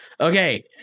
Okay